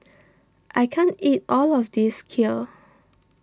I can't eat all of this Kheer